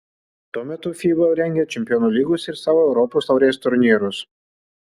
tuo metu fiba rengia čempionų lygos ir savo europos taurės turnyrus